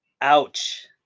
Ouch